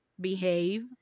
Behave